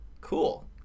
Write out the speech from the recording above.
Cool